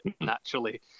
naturally